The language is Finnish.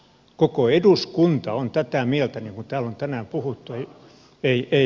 koko eduskunta on tätä mieltä niin kuin täällä on tänään puhuttu